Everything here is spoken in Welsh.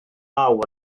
law